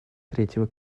третьего